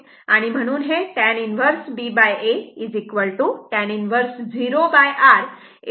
म्हणून हे tan 1 ba tan 1 0R 0 येईल